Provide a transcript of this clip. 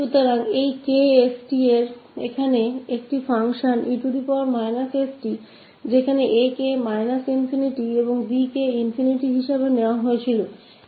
तो यह 𝐾 𝑠 𝑡 एक फंक्शन है यहां 𝑒𝑖𝑠𝑡 𝑒 जहां 𝑎 को ∞ और 𝑏 को ∞ लिया किया गया हैं